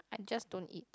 I just don't eat